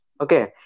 Okay